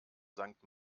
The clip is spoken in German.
sankt